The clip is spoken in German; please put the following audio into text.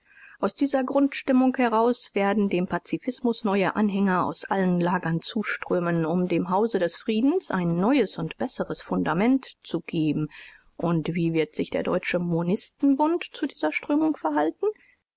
aus dieser grundstimmung heraus werden dem pazifism neue anhänger aus allen lagern zuströmen um dem hause des friedens ein neues und besseres fundament zu geben und wie wird sich der deutsche monisten-bund zu dieser strömung verhalten